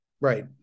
right